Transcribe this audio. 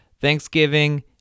Thanksgiving